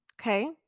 Okay